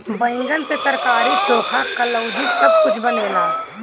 बैगन से तरकारी, चोखा, कलउजी सब कुछ बनेला